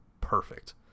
perfect